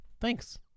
Thanks